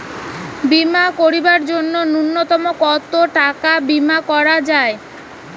বীমা করিবার জন্য নূন্যতম কতো টাকার বীমা করা যায়?